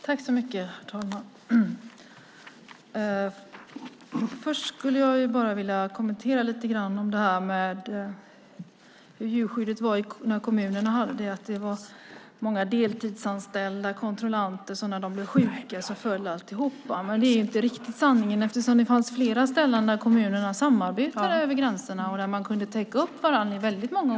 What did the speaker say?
Herr talman! Först vill jag kommentera lite grann hur djurskyddet var när kommunerna hade ansvaret för det. Det var många deltidsanställda kontrollanter, och när de blev sjuka föll alltihop. Men det är inte riktigt sanningen. Eftersom flera kommuner samarbetade över gränserna kunde man täcka upp för varandra.